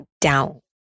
down